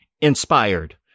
inspired